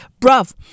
bruv